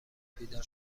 بیدار